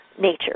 nature